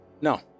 No